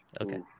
Okay